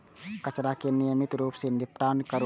कचरा के नियमित रूप सं निपटान करू